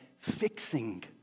fixing